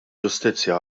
ġustizzja